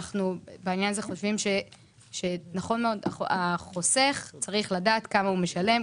בעניין הזה אנחנו חושבים שהחוסך צריך לדעת כמה הוא משלם,